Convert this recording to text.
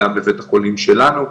גם בבית החולים שלנו,